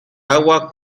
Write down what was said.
agua